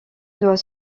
doit